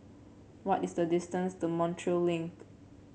what is the distance to Montreal Link